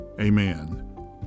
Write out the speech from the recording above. amen